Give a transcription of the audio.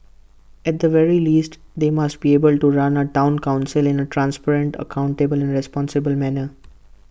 at the very least they must be able to run A Town Council in A transparent accountable and responsible manner